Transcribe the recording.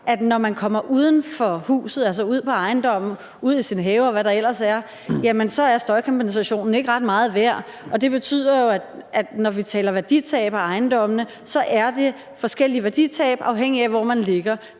at når man kommer uden for huset, altså ud på ejendommen, ud i sin have, og hvad der ellers er, så er støjkompensationen ikke ret meget værd. Det betyder jo, at når vi taler om værditab på ejendommene, er det forskellige værditab, afhængigt af hvor ejendommen ligger.